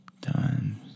times